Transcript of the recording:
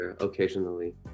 occasionally